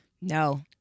No